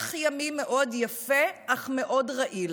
פרח ימי מאוד יפה אך מאוד רעיל.